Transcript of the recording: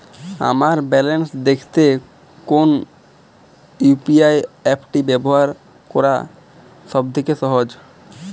আমার ব্যালান্স দেখতে কোন ইউ.পি.আই অ্যাপটি ব্যবহার করা সব থেকে সহজ?